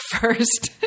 first